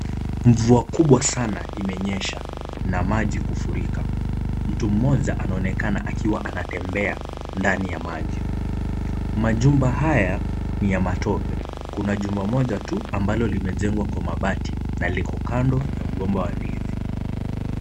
Mvua kubwa sana imenyesha na maji kufurika. Mtu mmoja anaonekana akiwa anatembea ndani ya maji. Majumba haya ni ya matope. Kuna jumba moja tu ambalo limejengwa kwa mabati na liko kando ya mgomba wa ndizi.